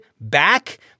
back